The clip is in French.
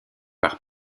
par